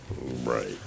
Right